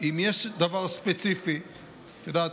את יודעת,